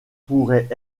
pourraient